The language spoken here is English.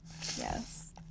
Yes